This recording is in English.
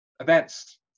events